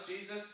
Jesus